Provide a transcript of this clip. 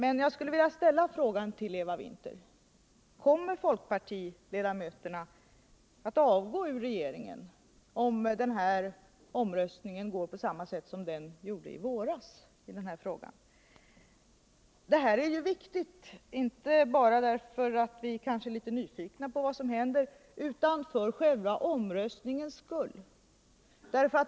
Jag skulle vilja fråga Eva Winther: Kommer folkpartiledamöterna att avgå ur regeringen om den här omröstningen går på samma sätt som omröstningen gick i våras i denna fråga? Detta är ju viktigt, inte bara därför att vi kanske är litet nyfikna på vad som händer utan också för själva omröstningens skull.